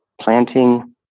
planting